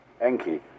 Enki